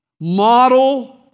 model